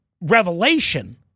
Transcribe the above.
revelation